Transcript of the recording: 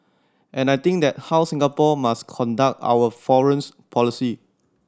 and I think that how Singapore must conduct our foreign's policy